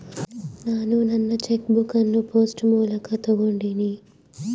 ನಾನು ನನ್ನ cheque book ಅನ್ನು ಪೋಸ್ಟ್ ಮೂಲಕ ತೊಗೊಂಡಿನಿ